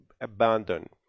abandon